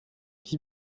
qui